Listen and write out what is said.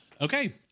Okay